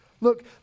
Look